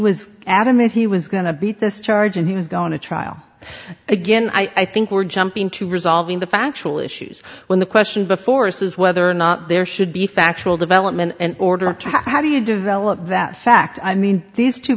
was adamant he was going to beat this charge and he was going to trial again i think we're jumping to resolving the factual issues when the question before us is whether or not there should be factual development in order to track how do you develop that fact i mean these two